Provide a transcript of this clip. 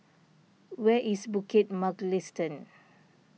where is Bukit Mugliston